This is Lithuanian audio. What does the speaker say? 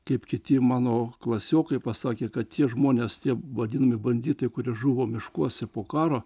kaip kiti mano klasiokai pasakė kad tie žmonės tie vadinami banditai kurie žuvo miškuose po karo